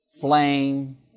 flame